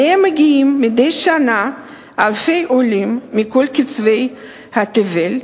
שאליה מגיעים מדי שנה אלפי עולים מכל קצוות התבל,